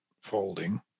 folding